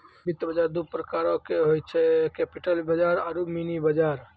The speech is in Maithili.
वित्त बजार दु प्रकारो के होय छै, कैपिटल बजार आरु मनी बजार